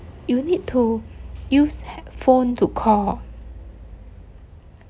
you need to use headphone to call